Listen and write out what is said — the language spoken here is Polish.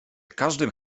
każdym